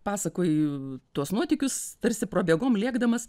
pasakoji tuos nuotykius tarsi prabėgom lėkdamas